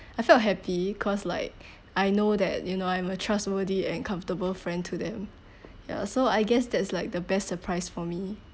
I felt happy cause like I know that you know I'm a trustworthy and comfortable friend to them ya so I guess that's like the best surprise for me